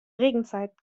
regenzeit